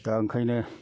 दा ओंखायनो